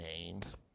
names